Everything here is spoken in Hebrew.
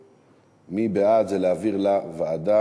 מי בעד, זה להעביר לוועדה?